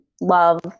love